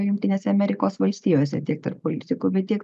jungtinėse amerikos valstijose tiek tarp politikų bet tiek